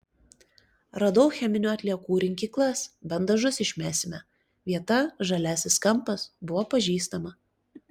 radau cheminių atliekų rinkyklas bent dažus išmesime vieta žaliasis kampas buvo pažįstama